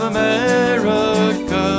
America